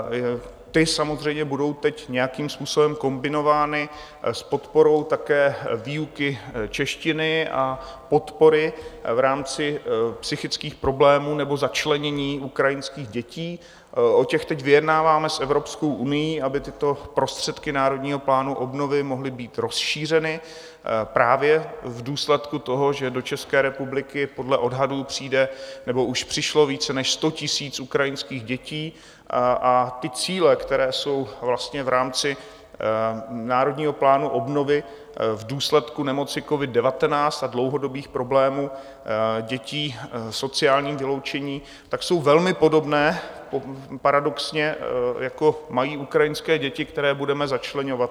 Ty samozřejmě budou teď nějakým způsobem kombinovány s podporou také výuky češtiny a podpory v rámci psychických problémů nebo začlenění ukrajinských dětí, o těch teď vyjednáváme s Evropskou unií, aby tyto prostředky Národního plánu obnovy mohly být rozšířeny právě v důsledku toho, že do České republiky podle odhadů přijde nebo už přišlo více než 100 000 ukrajinských dětí, a ty cíle, které jsou v rámci Národního plánu obnovy v důsledku nemoci covid19 a dlouhodobých problémů dětí v sociálním vyloučení, tak jsou velmi podobné paradoxně, jako mají ukrajinské děti, které budeme začleňovat.